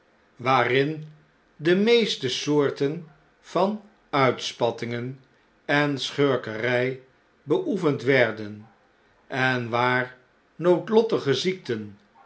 waarin de meeste soorten van uitspattingen en schurkerjj beoefend werden en waar noodlottige ziekten